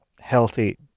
healthy